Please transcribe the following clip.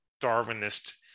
Darwinist